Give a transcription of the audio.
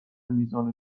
میزان